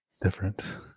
different